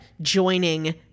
joining